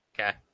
Okay